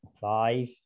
Five